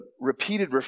repeated